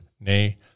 Nay